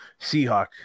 Seahawk